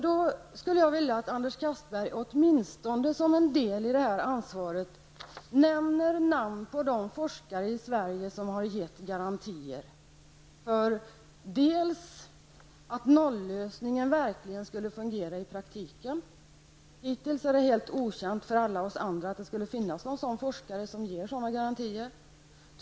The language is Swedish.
Då skulle jag vilja att Anders Castberger med tanke på detta ansvar åtminstone nämnde namnen på de forskare i Sverige som har gett garantier för att noll-lösningen verkligen skulle kunna fungera i praktiken. Hittills är det helt okänt för oss alla att det skulle finnas någon forskare som kan ge sådana garantier.